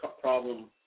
problem